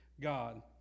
God